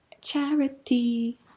charity